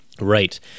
Right